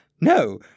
No